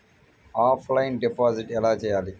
Offline deposit ఎలా చేయాలి?